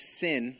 sin